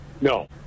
no